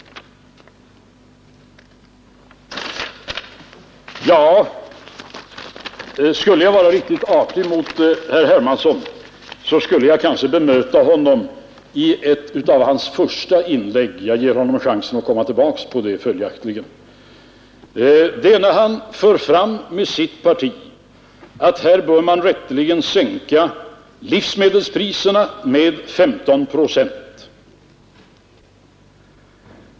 För att vara riktigt artig mot herr Hermansson skall jag kanske bemöta honom i ett av hans tidigare inlägg. Jag ger honom följaktligen chansen att komma tillbaka på det. Det är när herr Hermansson med sitt parti för fram att här bör man rätteligen sänka livsmedelspriserna med 15 procent.